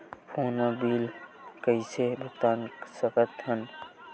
Phone मा bill कइसे भुक्तान साकत हन?